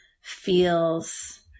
feels